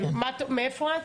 כן, מאיפה את?